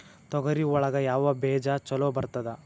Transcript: ತೊಗರಿ ಒಳಗ ಯಾವ ಬೇಜ ಛಲೋ ಬರ್ತದ?